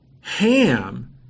Ham